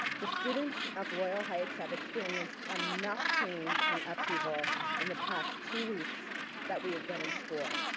the students of loyal heights have experienced enough change and upheaval in the past two weeks that we've been in school.